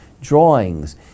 drawings